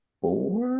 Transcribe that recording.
four